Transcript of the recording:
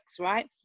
right